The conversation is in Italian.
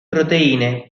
proteine